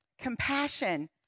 compassion